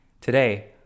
Today